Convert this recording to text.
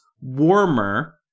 warmer